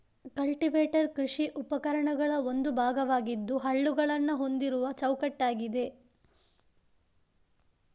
cultivator ಕೃಷಿ ಉಪಕರಣಗಳ ಒಂದು ಭಾಗವಾಗಿದ್ದು ಹಲ್ಲುಗಳನ್ನ ಹೊಂದಿರುವ ಚೌಕಟ್ಟಾಗಿದೆ